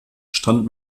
stand